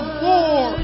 war